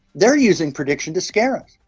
they are using prediction to scare us.